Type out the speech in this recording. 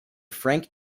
frank